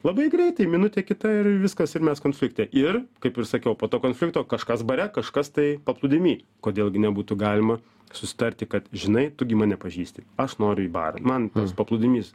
labai greitai minutė kita ir viskas ir mes konflikte ir kaip ir sakiau po to konflikto kažkas bare kažkas tai paplūdimy kodėl gi nebūtų galima susitarti kad žinai tu gi mane pažįsti aš noriu į barą man tas paplūdimys